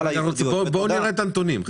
בוא נראה את הנתונים.